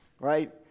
right